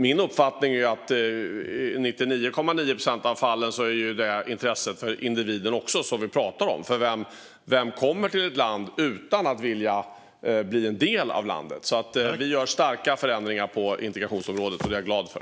Min uppfattning är att detta i 99,9 procent av fallen även ligger i individens intresse. Vem kommer till ett land utan att vilja bli en del av landet? Vi gör stora förändringar på integrationsområdet, och det är jag glad för.